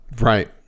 Right